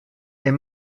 est